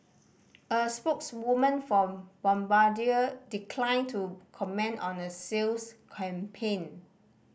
a spokeswoman for Bombardier declined to comment on a sales campaign